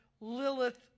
Lilith